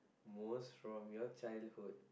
most from your childhood